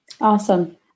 Awesome